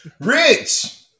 Rich